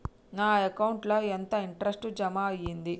నా అకౌంట్ ల ఎంత ఇంట్రెస్ట్ జమ అయ్యింది?